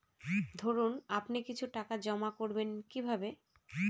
ধরুন আপনি কিছু টাকা জমা করবেন কিভাবে?